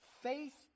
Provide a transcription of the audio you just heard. faith